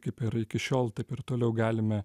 kaip ir iki šiol taip ir toliau galime